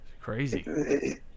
Crazy